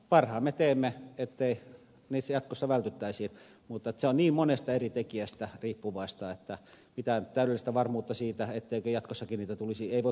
parhaamme teemme että niiltä jatkossa vältyttäisiin mutta se on niin monesta eri tekijästä riippuvaista että mitään täydellistä varmuutta siitä etteikö jatkossakin niitä tulisi ei voi kukaan antaa